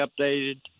updated